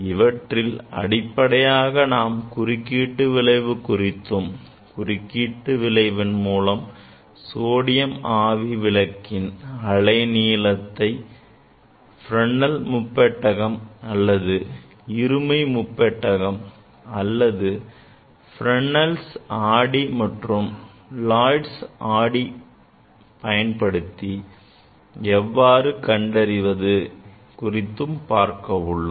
இவற்றில் அடிப்படையாக நாம் குறுக்கீட்டு விளைவு குறித்தும் குறுக்கீடு விளைவின் மூலம் சோடியம் ஆவி விளக்கின் அலைநீளத்தை Fresnel's முப்பட்டகம் அல்லது இருமை முப்பெட்டகம் அல்லது Fresnel's ஆடி அல்லது Lloyd's ஆடியை பயன்படுத்தி எவ்வாறு கண்டறிவது என்பது குறித்தும் பார்க்க உள்ளோம்